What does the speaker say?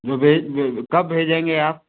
कब भेजेंगे आप